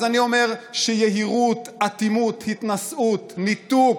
אז אני אומר שיהירות, אטימות, התנשאות, ניתוק,